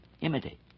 imitate